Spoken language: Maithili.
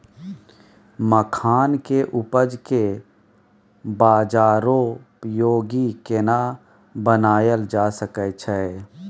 मखान के उपज के बाजारोपयोगी केना बनायल जा सकै छै?